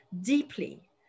deeply